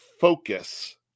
focus